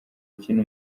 akina